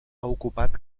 ocupat